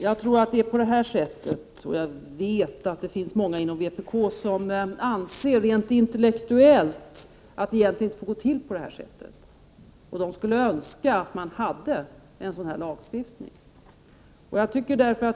Jag vet att många personer inom vpk rent intellektuellt anser att det inte får gå till på det här sättet. De skulle vilja få till stånd en lagstiftning på detta område.